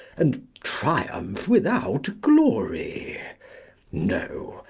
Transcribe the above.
and triumph without glory no,